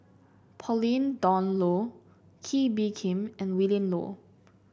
Pauline Dawn Loh Kee Bee Khim and Willin Low